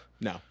No